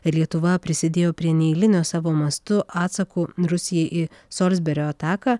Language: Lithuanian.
lietuva prisidėjo prie neeilinio savo mastu atsaku rusijai į solsberio ataką